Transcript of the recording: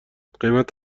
قیمت